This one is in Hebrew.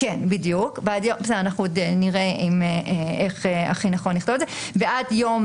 עוד נראה איך הכי נכון לכתוב את זה - ועד יום